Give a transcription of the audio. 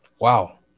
Wow